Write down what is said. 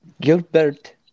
Gilbert